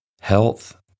Health